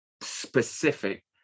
specific